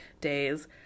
days